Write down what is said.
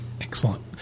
Excellent